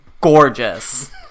gorgeous